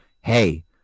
hey